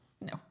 no